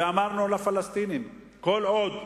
ואמרנו לפלסטינים: כל עוד,